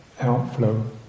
outflow